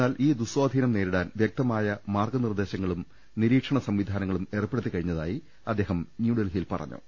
എന്നാൽ ഈ ദുഃസ്വാധീനം നേരിടാൻ വ്യക്തമായ മാർഗ്ഗ നിർദ്ദേശങ്ങളും നിരീക്ഷണ സംവിധാനങ്ങളും ഏർപ്പെടുത്തിക്കഴിഞ്ഞതായി അദ്ദേഹം ന്യൂഡൽഹിയിൽ പറഞ്ഞു